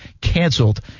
canceled